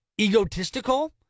egotistical